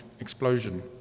explosion